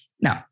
No